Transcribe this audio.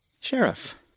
Sheriff